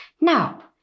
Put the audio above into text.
Now